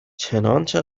چنانچه